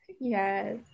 Yes